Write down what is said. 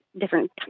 different